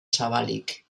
zabalik